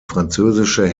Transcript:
französische